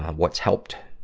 what's helped?